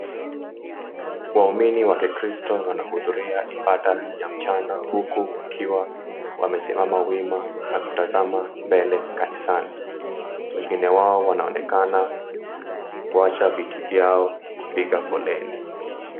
Waumini wa kikristo wanahudhuria ibada ya mchana huku wakiwa wamesimama wima na kutazama mbele kanisani. Wengine wao wanaonekana kuacha viti vyao na kupiga foleni.